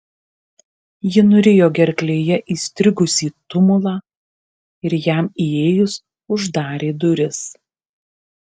ji nurijo gerklėje įstrigusį tumulą ir jam įėjus uždarė duris